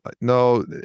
no